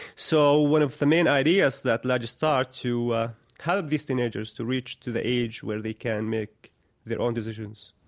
so one of the main ideas that lajee taught to help these teenagers to reach to the age where they can make their own decisions,